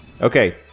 Okay